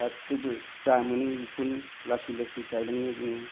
गासिखौबो जा मोनो बेखौनो लासै लासै गायलाङो जोङो